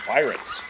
Pirates